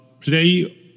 play